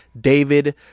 David